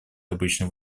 обычных